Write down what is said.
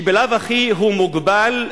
שבלאו הכי הוא מוגבל,